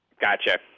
Gotcha